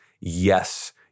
Yes